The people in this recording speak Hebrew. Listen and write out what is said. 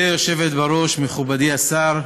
גברתי היושבת בראש, מכובדי השר,